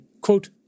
quote